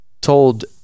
told